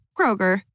Kroger